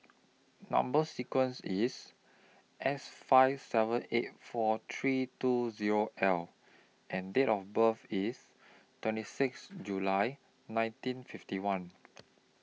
Number sequence IS S five seven eight four three two Zero L and Date of birth IS twenty six July nineteen fifty one